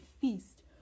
feast